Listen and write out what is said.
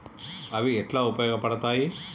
అవి ఎట్లా ఉపయోగ పడతాయి?